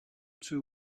two